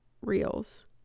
reels